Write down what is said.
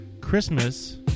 Christmas